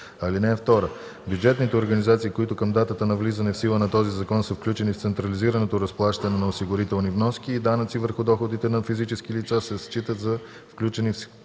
ред. (2) Бюджетните организации, които към датата на влизане в сила на този закон са включени в централизираното разплащане на осигурителни вноски и данъци върху доходите на физически лица, се считат за включени в